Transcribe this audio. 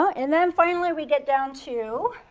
um and um finally we get down to